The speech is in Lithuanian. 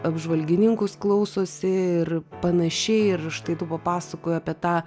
apžvalgininkus klausosi ir panašiai ir štai tu papasakojai apie tą